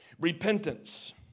Repentance